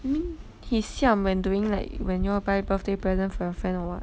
you mean he siam when doing like when y'all buy birthday present for your friend or what